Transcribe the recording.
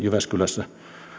jyväskylässä